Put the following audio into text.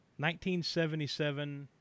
1977